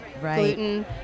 gluten